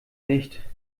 nicht